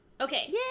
Okay